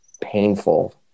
painful